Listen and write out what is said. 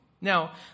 Now